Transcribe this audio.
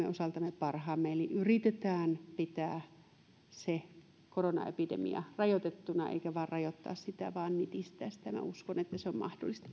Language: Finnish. osaltamme parhaamme eli yritetään pitää se koronaepidemia rajoitettuna eikä vain rajoittaa sitä vaan nitistää se minä uskon että se on mahdollista